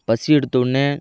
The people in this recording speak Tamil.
பசி எடுத்தவொடன்னே